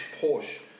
Porsche